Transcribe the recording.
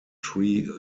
tree